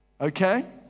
Okay